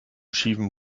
schiefen